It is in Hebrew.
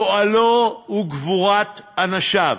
פועלו וגבורת אנשיו.